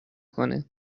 کنه